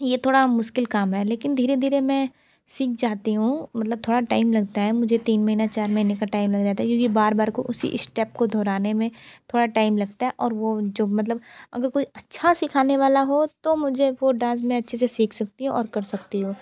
ये थोड़ा मुश्किल काम है लेकिन धीरे धीरे मैं सीख जाती हूँ मतलब थोड़ा टाइम लगता है मुझे तीन महीने चार महीने का टाइम लग जाता है क्योंकि बार बार को उसी स्टेप को दोहराने में थोड़ा टाइम लगता है और वो जो मतलब अगर कोई अच्छा सिखाने वाला हो तो मुझे वो डांस मैं अच्छे से सीख सकती हूँ और कर सकती हूँ